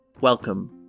Welcome